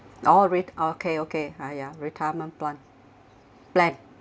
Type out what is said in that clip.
alright okay okay oh ya retirement plan plan